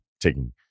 taking